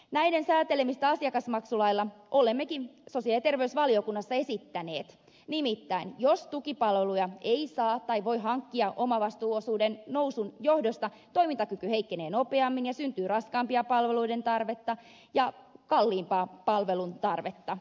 näiden säätelemistä asiakasmaksulailla olemmekin sosiaali ja terveysvaliokunnassa esittäneet nimittäin jos tukipalveluja ei saa tai voi hankkia omavastuuosuuden nousun johdosta toimintakyky heikkenee nopeammin ja syntyy raskaampien palveluiden tarvetta ja kalliimpaa palveluntarvetta